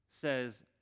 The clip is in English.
says